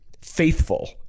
faithful